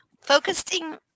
focusing